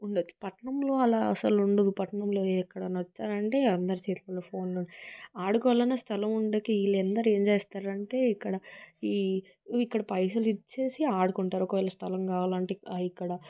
ఉండొచ్చు పట్నంలో అలా అసలు ఉండదు పట్నంలో ఎక్కడన్నా వచ్చారంటే అందరు చేతులలో ఫోన్లు ఆడుకోవాలన్న స్థలం ఉండక వీళ్ళందరూ ఏం చేస్తారంటే ఇక్కడ ఈ ఇక్కడ పైసలు ఇచ్చేసి ఆడుకుంటారు ఒకేళ స్థలం కావాలంటే ఇక్కడ